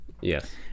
Yes